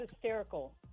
hysterical